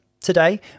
today